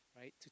right